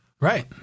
Right